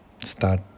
start